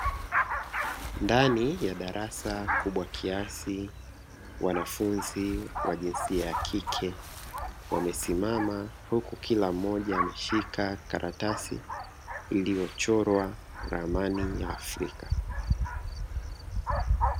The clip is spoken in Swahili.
Ndani ya darasa kubwa kiasi, wanafunzi wa jinsia ya kike wamesimama huku kila mmoja ameshika karatasi iliyochorwa ramani ya Afrika.